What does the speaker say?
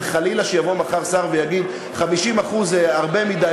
וחלילה שיבוא מחר שר ויגיד: 50% זה הרבה מדי,